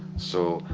so,